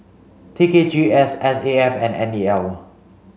T K G S S A F and N E L